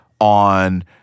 on